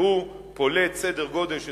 שפולט סדר גודל של